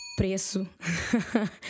preço